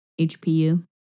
HPU